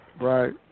right